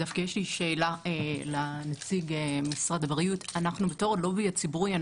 יש לי שאלה לנציג משרד הבריאות: בתור הלובי הציבורי,